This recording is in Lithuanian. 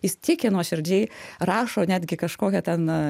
jis tiki nuoširdžiai rašo netgi kažkokią ten